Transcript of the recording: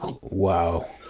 Wow